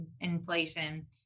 inflation